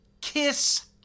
kiss